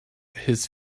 his